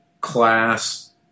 class